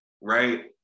right